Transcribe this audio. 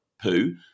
poo